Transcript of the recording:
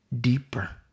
Deeper